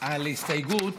על הסתייגות